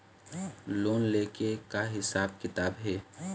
Loan ले के का हिसाब किताब हे?